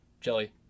jelly